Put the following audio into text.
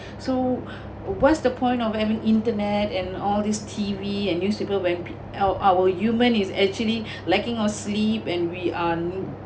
so what's the point of having internet and all these T_V and newspaper when our our human is actually lacking of sleep and we are